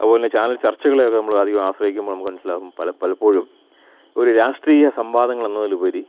അതുപോലെത്തന്നെ ചാനൽ ചർച്ചകളെയൊക്കെ നമ്മൾ അധികം ആശ്രയിക്കുമ്പോൾ നമുക്ക് മനസ്സിലാവും പല പലപ്പോഴും ഒരു രാഷ്ട്രീയ സംവാദങ്ങളെന്നതിലുപരി